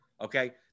okay